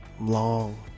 long